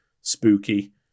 spooky